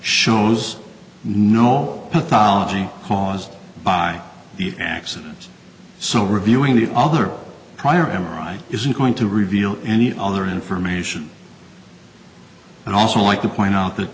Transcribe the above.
shows no pathology caused by accident so reviewing the other prior m r i isn't going to reveal any other information and i also like to point out